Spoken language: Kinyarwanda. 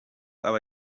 aba